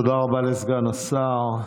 תודה רבה לסגן השר.